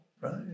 right